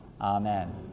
Amen